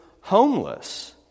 homeless